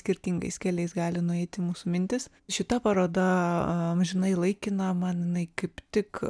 skirtingais keliais gali nueiti mūsų mintys šita paroda amžinai laikina man jinai kaip tik